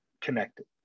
connected